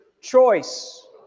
choice